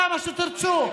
כמה שתרצו,